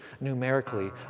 numerically